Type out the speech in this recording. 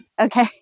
Okay